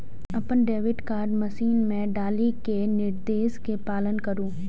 अपन debit card machine मे डालि कें निर्देश के पालन करु